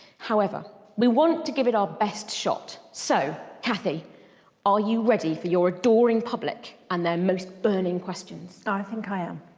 however, we want to give it our best shot so kathy are you ready for your adoring public and their most burning questions. i think i am.